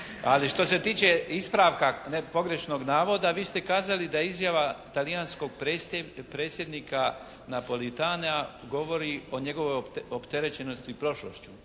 Ali što se tiče ispravka pogrešnog navoda vi ste kazali da je izjava talijanskog Predsjednika Napolitanea govori o njegovoj opterećenosti prošlošću.